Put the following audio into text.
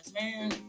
man